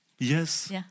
Yes